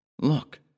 Look